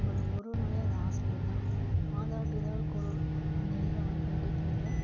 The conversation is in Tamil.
நம்மளோட குருனாலே அது ஆசிரியர் தான் மாதா பிதா குரு அந்த இதில் வந்ட்டு அடிப்படையில